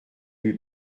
lui